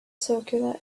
circular